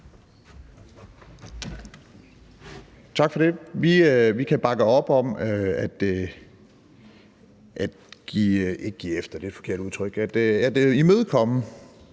Tak for det. Vi kan bakke op om at imødekomme